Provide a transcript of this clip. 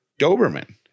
Doberman